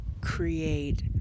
create